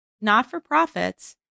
not-for-profits